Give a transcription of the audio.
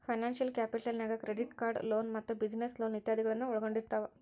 financial capital ನ್ಯಾಗ್ credit card loan ಮತ್ತ business loan ಇತಾದಿಗಳನ್ನ ಒಳ್ಗೊಂಡಿರ್ತಾವ